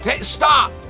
Stop